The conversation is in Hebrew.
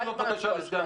בבקשה, לסגן השר.